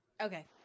Okay